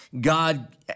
God